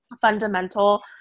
fundamental